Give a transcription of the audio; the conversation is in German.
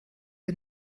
der